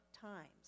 times